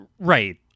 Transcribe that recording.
Right